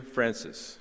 Francis